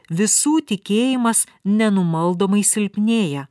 visų tikėjimas nenumaldomai silpnėja